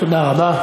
תודה רבה.